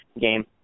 game